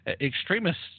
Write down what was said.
extremists